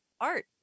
art